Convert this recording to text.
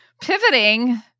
Pivoting